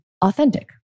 authentic